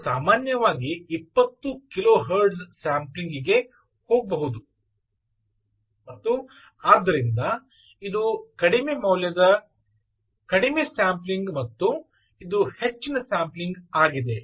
ನೀವು ಸಾಮಾನ್ಯವಾಗಿ 20 kilohertz sampling ಗೆ ಹೋಗಬಹುದು ಮತ್ತು ಆದ್ದರಿಂದ ಇದು ಕಡಿಮೆ ಮೌಲ್ಯದ ಕಡಿಮೆ ಸ್ಯಾಂಪಲಿಂಗ್ ಮತ್ತು ಇದು ಹೆಚ್ಚಿನ ಸ್ಯಾಂಪಲಿಂಗ್ ಆಗಿದೆ